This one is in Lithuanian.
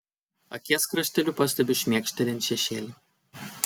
akies krašteliu pastebiu šmėkštelint šešėlį